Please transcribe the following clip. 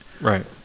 Right